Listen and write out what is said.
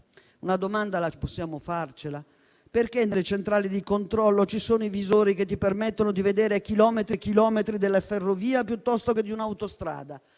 una domanda possiamo farcela: perché nelle centrali di controllo ci sono visori che permettono di vedere chilometri e chilometri della ferrovia o di un'autostrada,